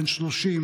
בן 30,